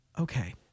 okay